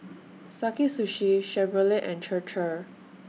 Sakae Sushi Chevrolet and Chir Chir